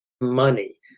money